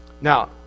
Now